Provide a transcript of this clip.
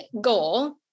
goal